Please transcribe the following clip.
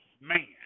man